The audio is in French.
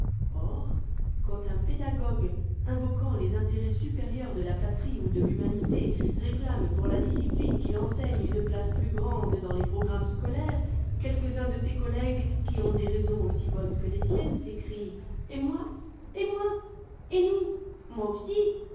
or quand un pédag ogue invoquant les intérêts supérieurs de la patrie ou de l'humanité réclame pour la discipline qu'il enseigne une place plus grande dans les programmes scolaires quelques-uns de ses collègues qui ont des raisons aussi bonnes que les siennes s'écrient et moi et moi et nous moi aussi